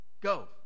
go